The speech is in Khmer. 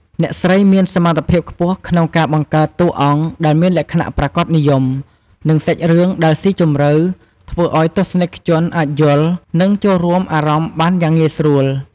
អ្នកស្រីមានសមត្ថភាពខ្ពស់ក្នុងការបង្កើតតួអង្គដែលមានលក្ខណៈប្រាកដនិយម និងសាច់រឿងដែលស៊ីជម្រៅ ធ្វើឱ្យទស្សនិកជនអាចយល់ និងចូលរួមអារម្មណ៍បានយ៉ាងងាយស្រួល។